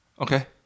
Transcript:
Okay